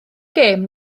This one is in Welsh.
gêm